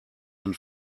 ein